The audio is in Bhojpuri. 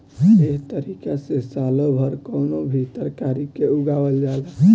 एह तारिका से सालो भर कवनो भी तरकारी के उगावल जाला